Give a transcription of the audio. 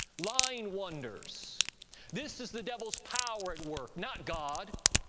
lying wonders this is the devil's power at work, not god.